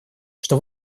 что